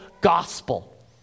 gospel